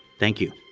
thank you